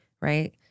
right